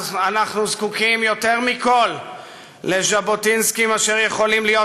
אנחנו זקוקים יותר מכול לז'בוטינסקים אשר יכולים להיות